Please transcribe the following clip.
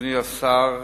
אדוני השר,